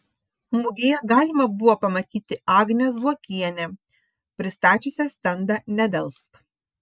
mugėje galima buvo pamatyti agnę zuokienę pristačiusią stendą nedelsk